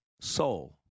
soul